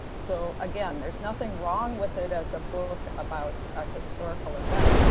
so again, there's nothing wrong with it as a book about a historical event.